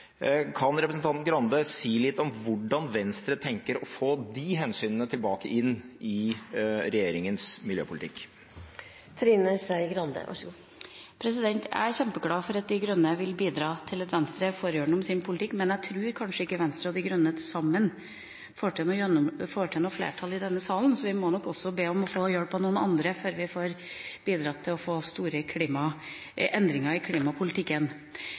Kan representanten Skei Grande si litt om hvordan Venstre tenker å få de hensynene tilbake inn i regjeringens miljøpolitikk? Jeg er kjempeglad for at Miljøpartiet De Grønne vil bidra til at Venstre får igjennom sin politikk, men jeg tror ikke at Venstre og Miljøpartiet De Grønne til sammen får til noe flertall i denne salen, så vi må nok be om å få hjelp av noen andre før vi får bidratt til endringer i klimapolitikken.